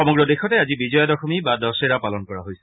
সমগ্ৰ দেশতে আজি বিজয়া দশমী বা দশহেৰা পালন কৰা হৈছে